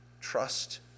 Trust